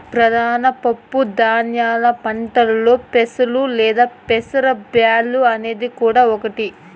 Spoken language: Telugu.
ప్రధాన పప్పు ధాన్యాల పంటలలో పెసలు లేదా పెసర బ్యాల్లు అనేది కూడా ఒకటి